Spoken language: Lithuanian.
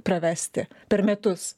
pravesti per metus